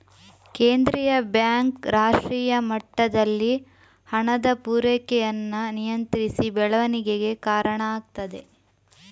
ಕೇಂದ್ರೀಯ ಬ್ಯಾಂಕ್ ರಾಷ್ಟ್ರೀಯ ಮಟ್ಟದಲ್ಲಿ ಹಣದ ಪೂರೈಕೆಯನ್ನ ನಿಯಂತ್ರಿಸಿ ಬೆಳವಣಿಗೆಗೆ ಕಾರಣ ಆಗ್ತದೆ